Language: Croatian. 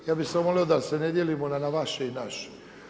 Ja bih samo volio da se ne dijelimo na vaše i naše.